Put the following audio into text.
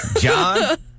John